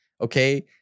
okay